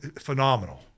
phenomenal